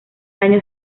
año